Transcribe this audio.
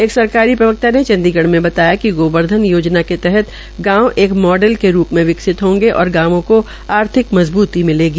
एक सरकारी प्रवक्ता ने चंडीगढ़ में बताया कि गोबरधन योजना के तहत गांव एक माडल के रूप में विकसित होंगे और गांवों को आर्थिक मजबूती मिलेगी